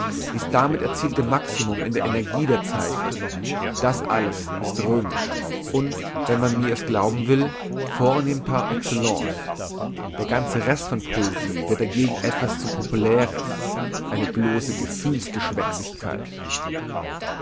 dies damit erzielte maximum in der energie der zeichen das alles ist römisch und wenn man mir glauben will vornehm par excellence der ganze rest von poesie wird dagegen etwas zu populäres eine blosse